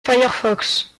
firefox